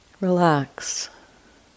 Relax